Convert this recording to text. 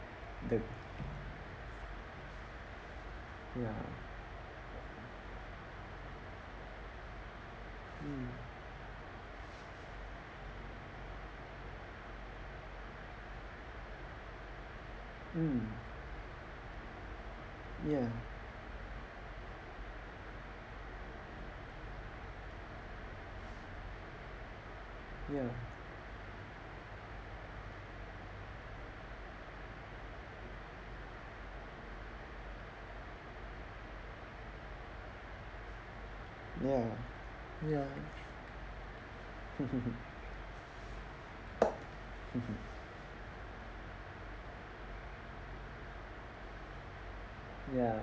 the ya mm mm ya ya ya ya ya